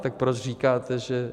Tak proč říkáte, že...